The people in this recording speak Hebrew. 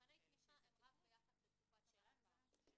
מבחני התמיכה הם רק ביחס לתקופת המעבר.